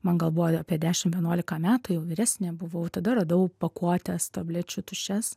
man gal buvo apie dešim vienuolika metų jau vyresnė buvau tada radau pakuotes tablečių tuščias